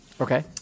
Okay